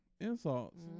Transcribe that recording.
insults